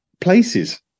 places